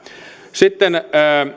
sitten